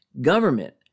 government